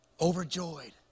Overjoyed